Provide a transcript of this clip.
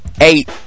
eight